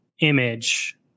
image